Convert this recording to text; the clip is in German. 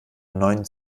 neuen